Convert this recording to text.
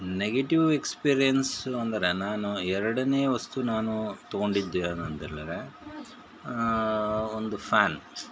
negative experience ಅಂದರೆ ನಾನು ಎರಡನೇ ವಸ್ತು ನಾನು ತಗೊಂಡಿದ್ದು ಏನಂತೇಳ್ದ್ರೆ ಒಂದು ಫ್ಯಾನ್